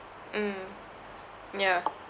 mm yeah